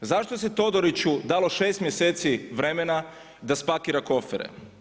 Zašto se Todoriću dalo šest mjeseci vremena da spakira kofere?